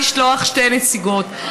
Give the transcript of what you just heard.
לשלוח שתי נציגות.